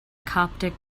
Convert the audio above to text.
coptic